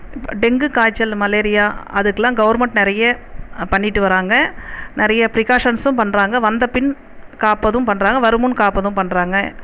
dengue காய்ச்சல் malaria அதுக்கெல்லாம் government நிறைய பண்ணிகிட்டு வராங்க நிறைய ப்ரிகாஷன்ஸும் பண்ணுறாங்க வந்த பின் காப்பதும் பண்ணுறாங்க வருமுன் காப்பதும் பண்ணுறாங்க